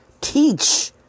Teach